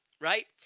right